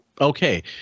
Okay